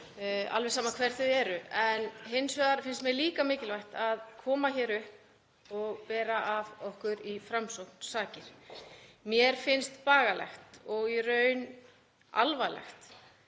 alveg sama hver þau eru. Hins vegar finnst mér líka mikilvægt að koma hér upp og bera af okkur í Framsókn sakir. Mér finnst bagalegt og í raun alvarlegt